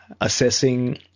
assessing